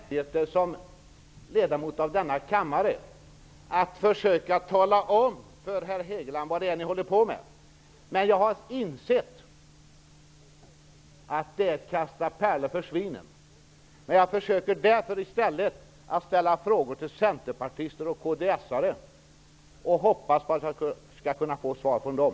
Herr talman! Jag utnyttjar mina rättigheter som ledamot av denna kammare att försöka tala om för herr Hegeland vad det är ni håller på med. Men jag har insett att det är att kasta pärlor för svin. Jag försöker därför i stället ställa frågor till centerpartister och kds:are och hoppas att jag skall få svar från dem.